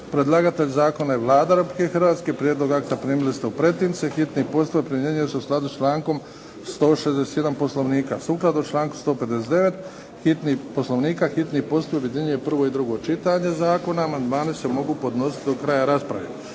Predlagatelj zakona je Vlada Republike Hrvatske. Prijedlog akta primili ste u pretince. Hitni postupak primjenjuje se u skladu sa člankom 161. Poslovnika. Sukladno članku 159. Poslovnika hitni postupak objedinjuje prvo i drugo čitanje zakona. Amandmani se mogu podnositi do kraja rasprave.